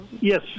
yes